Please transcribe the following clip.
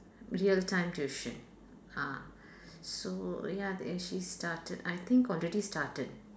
real time tuition ah so ya and she started I think already started